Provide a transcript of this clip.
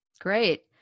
Great